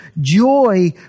joy